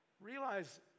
realize